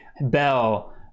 Bell